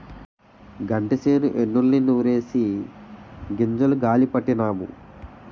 గంటిసేను ఎన్నుల్ని నూరిసి గింజలు గాలీ పట్టినాము